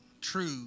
True